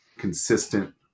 consistent